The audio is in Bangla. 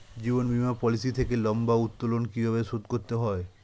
জীবন বীমা পলিসি থেকে লম্বা উত্তোলন কিভাবে শোধ করতে হয়?